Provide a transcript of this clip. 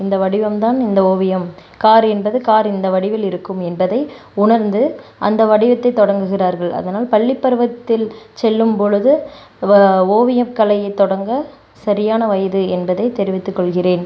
இந்த வடிவம் தான் இந்த ஓவியம் கார் என்பது கார் இந்த வடிவில் இருக்கும் என்பதை உணர்ந்து அந்த வடிவத்தைத் தொடங்குகிறார்கள் அதனால் பள்ளிப்பருவத்தில் செல்லும் பொழுது ஓவியக்கலைத் தொடங்கச் சரியான வயது என்பதைத் தெரிவித்துக்கொள்கிறேன்